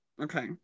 okay